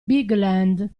bigland